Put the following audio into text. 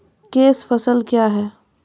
Cash फसल क्या हैं?